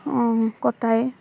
কটাই